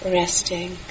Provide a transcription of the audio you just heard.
resting